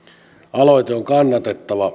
aloite on kannatettava